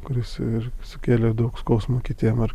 kuris ir sukėlė daug skausmo kitiem ar